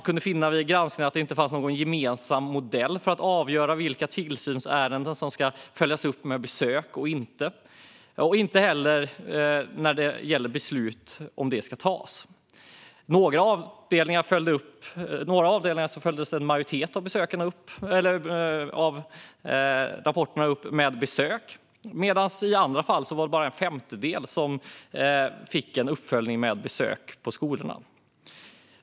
Vid granskningen fann man att det inte fanns någon gemensam modell för att avgöra vilka tillsynsärenden som ska följas upp med besök och inte heller för när beslut om detta ska tas. På några avdelningar följdes en majoritet av rapporterna upp med besök. I andra fall var det bara en femtedel som fick en uppföljning i form av besök på skolorna.